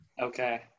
Okay